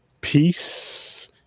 peace